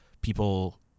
people